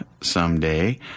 someday